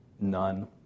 None